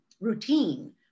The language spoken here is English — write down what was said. routine